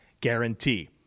guarantee